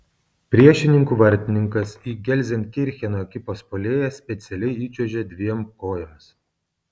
priešininkų vartininkas į gelzenkircheno ekipos puolėją specialiai įčiuožė dviem kojomis